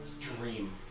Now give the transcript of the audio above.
dream